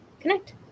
connect